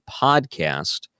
podcast